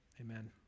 amen